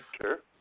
Sure